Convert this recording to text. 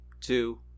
two